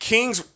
Kings